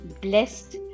blessed